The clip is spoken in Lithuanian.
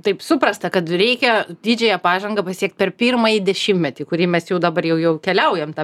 taip suprasta kad reikia didžiąją pažangą pasiekt per pirmąjį dešimtmetį į kurį mes jau dabar jau jau keliaujam tą